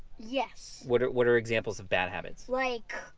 yes. what are what are examples of bad habits? like